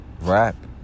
rap